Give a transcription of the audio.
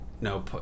no